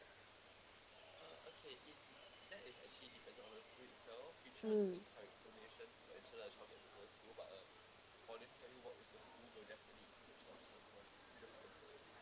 mm